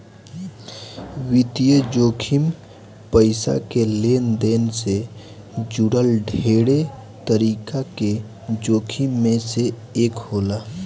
वित्तीय जोखिम पईसा के लेनदेन से जुड़ल ढेरे तरीका के जोखिम में से एक होला